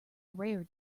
rare